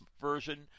version